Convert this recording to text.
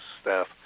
staff